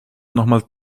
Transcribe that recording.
nochmals